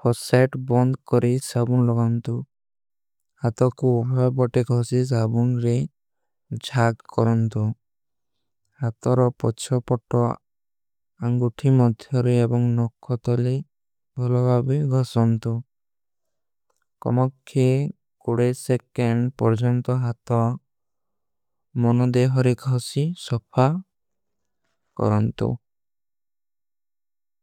ଫସ୍ଟ ସେଟ ବଂଦ କରୀ ସାବୁନ ଲଗାନତୋ। ହାତା କୁ ଉମ୍ହେ ବଟେ କହସୀ ସାବୁନ ରେ ଜ୍ଜାଗ କରନତୋ। ହାତା ରା ପଚ୍ଚା ପଟା ଅଂଗୁଥୀ ମଧ୍ଯାରେ ଏବଂଗ ନକ୍ଖା ତଲେ। ଭଲଗାବେ ଗଶନତୋ କମକ୍ଖେ କୁରେ ସେକେଂଡ ପରଜନତୋ। ହାତା ମନ ଦେହରେ କହସୀ ସପ୍ପା କରନତୋ।